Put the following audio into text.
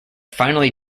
finally